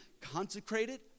consecrated